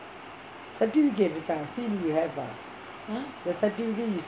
certificate இருக்கா:irukka still you have ah the certificate